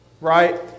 right